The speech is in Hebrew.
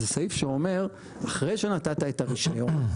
זה סעיף שאומר שאחרי שנתת את הרישיון,